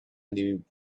anyone